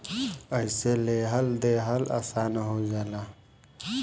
अइसे लेहल देहल आसन हो जाला